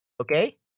okay